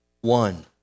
one